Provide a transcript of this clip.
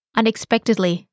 unexpectedly